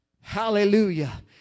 Hallelujah